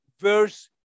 verse